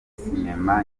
sinema